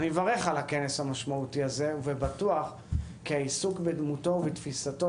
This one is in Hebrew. אני מברך על הכנס המשמעותי הזה ובטוח כי העיסוק בדמותו ובתפיסתו